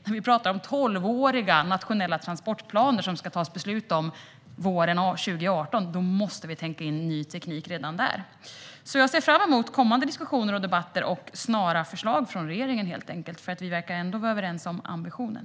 När vi pratar om tolvåriga nationella transportplaner som det ska tas beslut om våren 2018 måste vi tänka in ny teknik redan där. Jag ser fram emot kommande diskussioner, debatter och snara förslag från regeringen. Vi verkar vara överens om ambitionen.